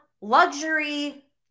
luxury